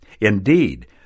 Indeed